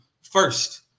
first